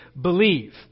believe